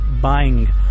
Buying